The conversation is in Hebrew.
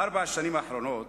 בארבע השנים האחרונות